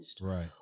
Right